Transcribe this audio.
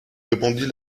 répondit